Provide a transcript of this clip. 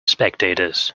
spectators